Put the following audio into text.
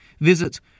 visit